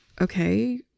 okay